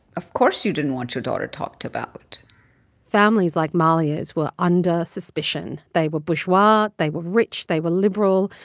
of course you didn't want your daughter talked about families like mahlia's were under suspicion. they were bourgeoisie. they were rich. they were liberal.